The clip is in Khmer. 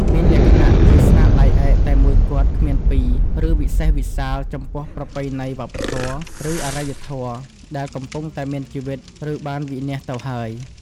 មានលក្ខណៈជាស្នាដៃឯកតែមួយគត់គ្មានពីរ ឬវិសេសវិសាលចំពោះប្រពៃណីវប្បធម៌ ឬអរិយធម៌ដែលកំពុងតែមានជីវិត ឬបានវិនាសទៅហើយ។